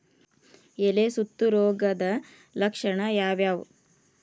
ಎಲೆ ಸುತ್ತು ರೋಗದ ಲಕ್ಷಣ ಯಾವ್ಯಾವ್?